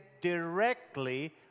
directly